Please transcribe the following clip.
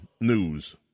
news